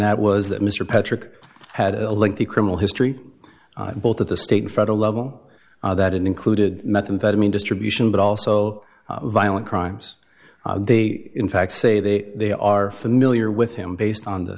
that was that mr patrick had a lengthy criminal history both at the state and federal level that included methamphetamine distribution but also violent crimes they in fact say they are familiar with him based on th